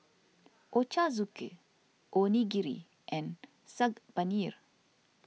Ochazuke Onigiri and Saag Paneer